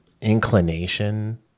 inclination